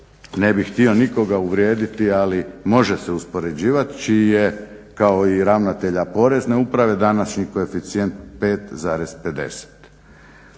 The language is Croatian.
ne bih htio nikoga uvrijediti ali može se uspoređivat, čiji je kao i ravnatelja Porezne uprave današnji koeficijent 5.50.